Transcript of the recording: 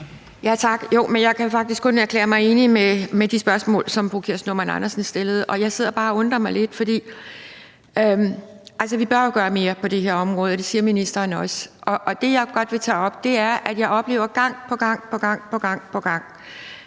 Tak. Jeg kan faktisk kun erklære mig enig i de spørgsmål, som fru Kirsten Normann Andersen stillede, og jeg sidder bare og undrer mig lidt. Vi bør jo gøre mere på det her område, og det siger ministeren også, og det, jeg godt vil tage op, er, at jeg gang på gang oplever, at regeringen